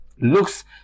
looks